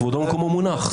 כבודו במקומו מונח.